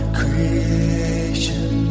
creation